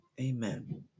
Amen